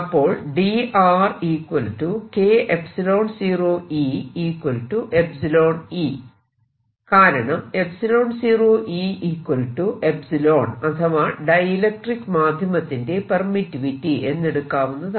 അപ്പോൾ കാരണം 𝜖0E 𝜖 അഥവാ ഡൈഇലക്ട്രിക്ക് മാധ്യമത്തിന്റെ പെർമിറ്റിവിറ്റി എന്നെടുക്കാവുന്നതാണ്